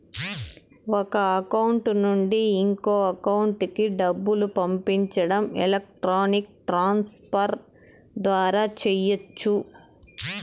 ఒక అకౌంట్ నుండి ఇంకో అకౌంట్ కి డబ్బులు పంపించడం ఎలక్ట్రానిక్ ట్రాన్స్ ఫర్ ద్వారా చెయ్యచ్చు